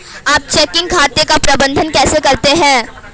आप चेकिंग खाते का प्रबंधन कैसे करते हैं?